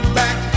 back